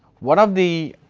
one of the